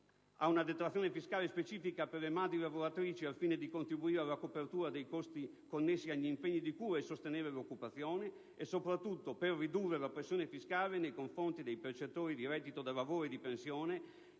a una detrazione fiscale specifica per le madri lavoratrici, al fine di contribuire alla copertura dei costi connessi agli impegni di cura e sostenere l'occupazione, e soprattutto la riduzione della pressione fiscale nei confronti dei percettori di reddito da lavoro e di pensione